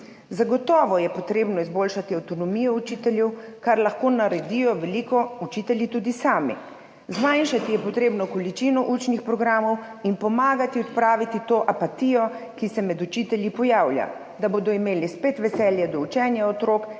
Zagotovo je potrebno izboljšati avtonomijo učiteljev, za kar lahko naredijo veliko učitelji tudi sami. Zmanjšati je potrebno količino učnih programov in pomagati odpraviti to apatijo, ki se med učitelji pojavlja, da bodo imeli spet veselje do učenja otrok in